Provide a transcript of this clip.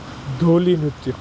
ઢોલી નૃત્ય